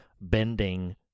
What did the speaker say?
bending